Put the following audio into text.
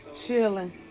chilling